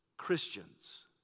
Christians